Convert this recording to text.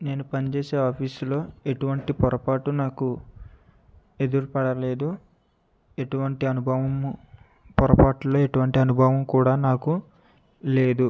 నేను పనిచేసే ఆఫీస్లో ఎటువంటి పొరపాటు నాకు ఎదురు పడలేదు ఎటువంటి అనుభవం పొరపాటులెటు వంటి అనుభవం కూడా నాకు లేదు